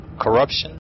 corruption